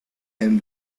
him